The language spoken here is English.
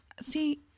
See